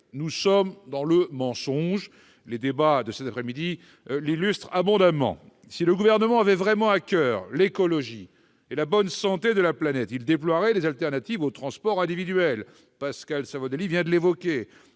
Nous sommes dans le mensonge, nos débats de cet après-midi l'illustrent abondamment. Si le Gouvernement avait vraiment à coeur l'écologie et la bonne santé de la planète, il déploierait des alternatives aux transports individuels, Pascal Savoldelli vient de le dire.